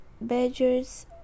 badgers